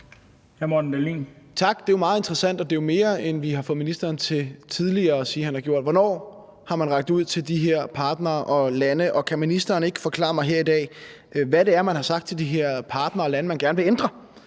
Tak. Det er meget interessant, og det er jo mere, end vi tidligere har fået ministeren til at sige han har gjort. Hvornår har man rakt ud til de her partnere, og kan ministeren ikke forklare mig her i dag, hvad det er, man har sagt til de her partnere og lande man gerne vil ændre?